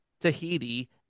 Tahiti